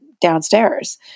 downstairs